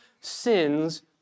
sins